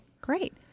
great